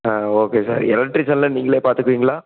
ஆ okay sir எலெக்ட்ரிஷனெலாம் நீங்களே பார்த்துப்பீங்களா